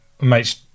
mates